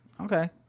okay